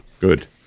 Good